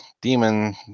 demon